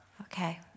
Okay